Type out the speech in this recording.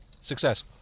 Success